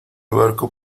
barco